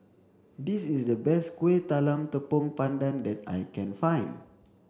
this is the best Kuih Talam Tepong Pandan that I can find